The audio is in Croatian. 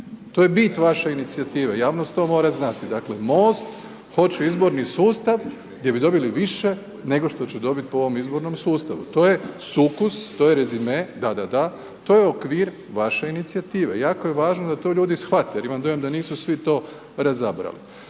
To je bit vaše inicijative, javnost to mora znati, dakle MOST hoće izborni sustav gdje bi dobili više nego što će dobiti po ovom izbornom sustav. To je sukus, to je rezime, da, da, da, to je okvir vaše inicijative. Jako je važno da to ljudi shvate jer imam dojam da nisu svi to razabrali.